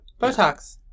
Botox